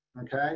okay